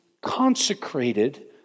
consecrated